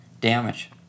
damage